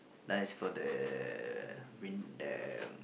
nice for the win~ the